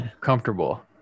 comfortable